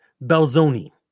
Belzoni